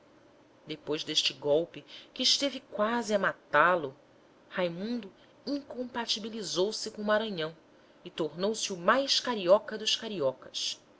depois deste golpe que esteve quase a matá-lo raimundo incompatibilizou se com o maranhão e tornou-se o mais carioca dos cariocas